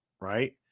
right